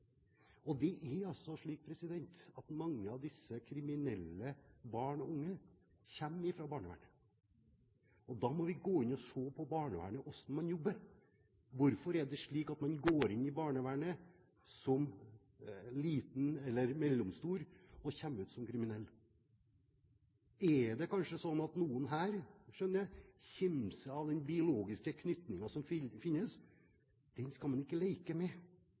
må vi gå inn og se på barnevernet og hvordan man jobber der. Hvorfor er det slik at man går inn i barnevernet som liten eller mellomstor og kommer ut som kriminell? Er det kanskje slik at noen her – skjønner jeg – kimser av den biologiske knytningen som finnes? Den skal man ikke leke med,